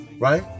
Right